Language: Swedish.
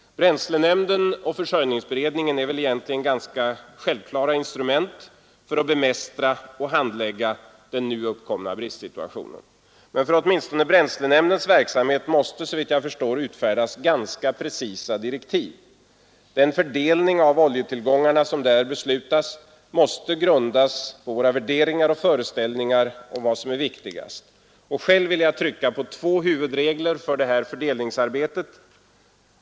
Bränslenämnden och försörjningsberedningen är väl egentligen ganska självklara instrument för att bemästra och handlägga den nu uppkomna bristsituationen. Men åtminstone för bränslenämndens verksamhet måste såvitt jag förstår utfärdas ganska precisa direktiv. Den fördelning av oljetillgångarna som där beslutas måste grundas på våra värderingar och föreställningar om vad som är viktigast. Själv vill jag trycka på två huvudregler för detta fördelningsarbete.